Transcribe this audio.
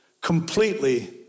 completely